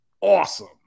awesome